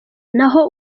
naho